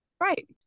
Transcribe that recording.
right